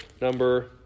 number